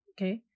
Okay